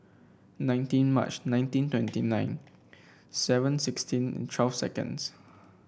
nineteen March nineteen twenty nine seven sixteen twelve seconds